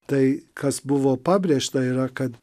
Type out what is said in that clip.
tai kas buvo pabrėžta yra kad